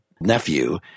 nephew